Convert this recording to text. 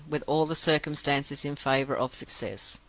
with all the circumstances in favor of success.